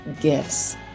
gifts